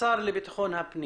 לא מדובר רק על החברה הערבית,